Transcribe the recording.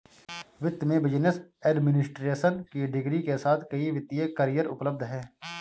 वित्त में business administration की डिग्री के साथ कई वित्तीय करियर उपलब्ध हैं